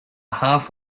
half